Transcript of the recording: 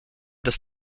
des